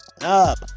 up